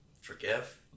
forgive